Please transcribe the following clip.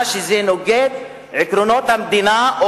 בטענה שזה נוגד את עקרונות המדינה,